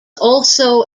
also